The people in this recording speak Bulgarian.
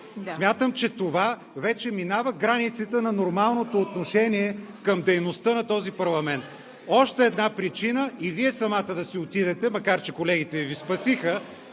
Смятам, че това вече минава границите на нормалното отношение към дейността на този парламент – още една причина и Вие самата да си отидете (реплики от